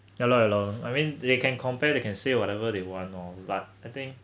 ya lor ya lor I mean they can compare they can say whatever they want lor but I think